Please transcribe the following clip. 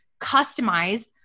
customized